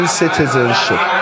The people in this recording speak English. citizenship